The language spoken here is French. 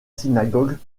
synagogues